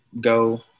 go